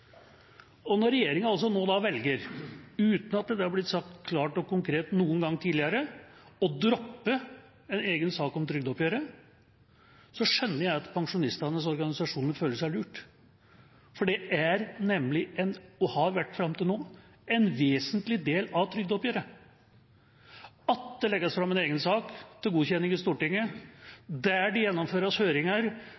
trygdeoppgjøret. Når regjeringa nå velger, uten at det har blitt sagt klart og konkret noen gang tidligere, å droppe en egen sak om trygdeoppgjøret, skjønner jeg at pensjonistenes organisasjoner føler seg lurt. Det er nemlig, og har vært fram til nå, en vesentlig del av trygdeoppgjøret at det legges fram en egen sak til godkjenning i Stortinget,